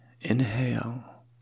Inhale